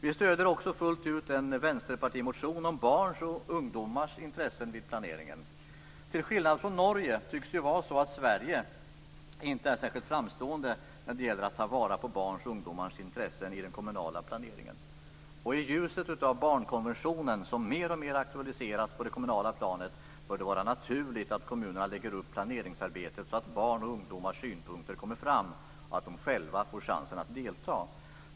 Vi stöder också fullt ut en vänsterpartimotion om barns och ungdomars intressen vid planeringen. Till skillnad från Norge tycks det vara så att Sverige inte är särskilt framstående när det gäller att ta vara på barns och ungdomars intressen i den kommunala planeringen. I ljuset av barnkonventionen, som alltmer aktualiseras på det kommunala planet, bör det vara naturligt att kommunerna lägger upp planeringsarbetet så att barns och ungdomars synpunkter kommer fram och att de själva får chansen att delta.